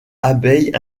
abeilles